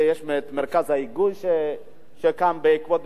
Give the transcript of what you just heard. יש מרכז ההיגוי שקם לפני כמה שנים,